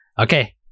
okay